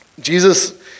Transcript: Jesus